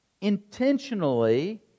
intentionally